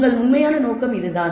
உங்கள் உண்மையான நோக்கம் இதுதான்